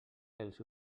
els